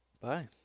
Bye